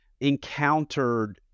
encountered